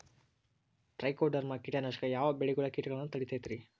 Trichoderma ಕೇಟನಾಶಕ ಯಾವ ಬೆಳಿಗೊಳ ಕೇಟಗೊಳ್ನ ತಡಿತೇತಿರಿ?